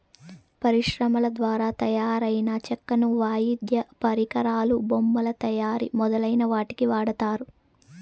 పరిశ్రమల ద్వారా తయారైన చెక్కను వాయిద్య పరికరాలు, బొమ్మల తయారీ మొదలైన వాటికి వాడతారు